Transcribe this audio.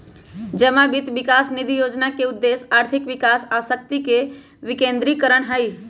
जमा वित्त विकास निधि जोजना के उद्देश्य आर्थिक विकास आ शक्ति के विकेंद्रीकरण हइ